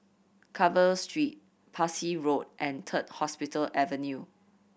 Carver Street Parsi Road and Third Hospital Avenue